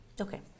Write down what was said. Okay